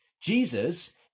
Jesus